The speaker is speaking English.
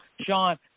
Sean